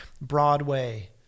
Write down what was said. Broadway